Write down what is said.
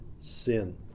sin